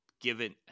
given